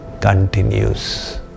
continues